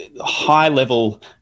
high-level